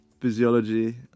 physiology